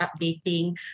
updating